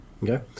Okay